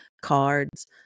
cards